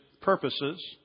purposes